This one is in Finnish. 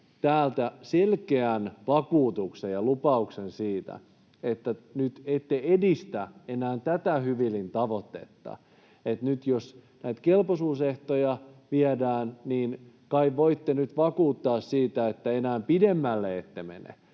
täältä selkeän vakuutuksen ja lupauksen siitä, että nyt ette edistä enää tätä Hyvilin tavoitetta. Että nyt jos näitä kelpoisuusehtoja viedään, niin kai voitte nyt vakuuttaa, että enää pidemmälle ette mene.